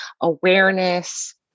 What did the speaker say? awareness